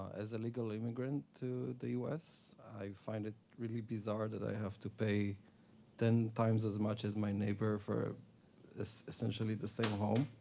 as a legal immigrant to the u s, i find it really bizarre that i have to pay ten times as much as my neighbor for essentially the same home.